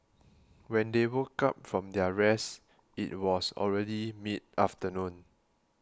when they woke up from their rest it was already mid afternoon